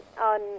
on